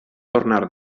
tornar